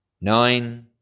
nine